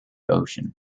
ocean